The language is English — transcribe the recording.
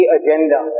agenda